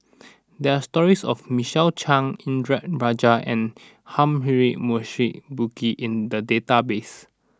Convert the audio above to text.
there are stories of Michael Chiang Indranee Rajah and Humphrey Morrison Burkill in the database